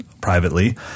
privately